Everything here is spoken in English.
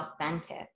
authentic